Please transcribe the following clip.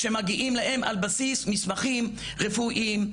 שמגיעים להן על בסיס מסמכים רפואיים,